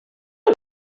not